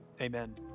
amen